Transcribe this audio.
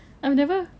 I've never